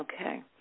Okay